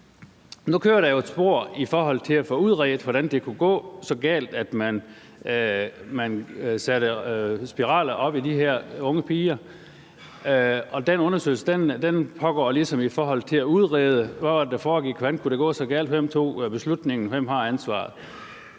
Nu kører der jo et spor i forhold til at få udredt, hvordan det kunne gå så galt, at man satte spiraler op i de her unge piger, og den undersøgelse pågår i forhold til at udrede, hvad det var, der foregik, hvordan det kunne gå så galt, hvem der tog beslutningen, og hvem der har ansvaret.